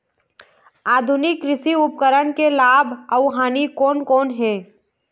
आधुनिक कृषि उपकरण के लाभ अऊ हानि कोन कोन हे?